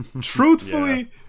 truthfully